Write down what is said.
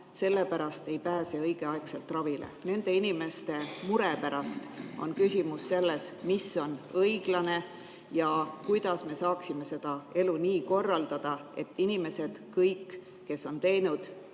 selle pärast ei pääse õigeaegselt ravile. Nende inimeste mure pärast on küsimus selles, mis on õiglane ja kuidas me saaksime elu nii korraldada, et inimesed, kes on teinud